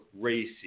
racy